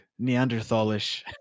Neanderthalish